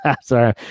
sorry